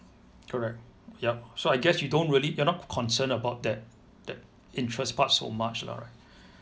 correct yup so I guess you don't really you're not concerned about that that interest part so much lah right